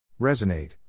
Resonate